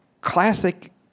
classic